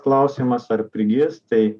klausimas ar prigis tai